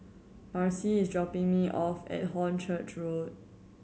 Marci is dropping me off at Hornchurch Road